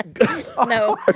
No